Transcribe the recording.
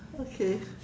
okay